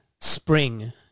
spring